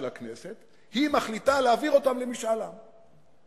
הכנסת היא מחליטה להעביר אותם למשאל עם.